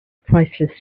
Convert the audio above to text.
priceless